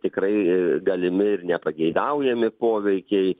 tikrai galimi ir nepageidaujami poveikiai